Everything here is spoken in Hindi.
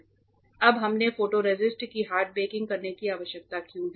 अब हमें फोटोरेसिस्ट की हार्ड बेकिंग करने की आवश्यकता क्यों है